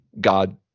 God